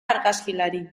argazkilari